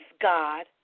God